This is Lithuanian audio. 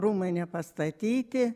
rūmai nepastatyti